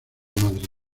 madrid